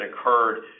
occurred